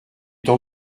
tant